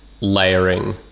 layering